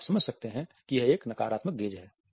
तो आप समझ सकते हैं कि यह एक नकारात्मक गेज़ है